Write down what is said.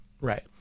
Right